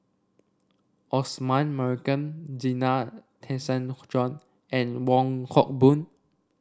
Osman Merican Zena Tessensohn and Wong Hock Boon